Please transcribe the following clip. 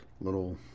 little